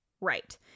Right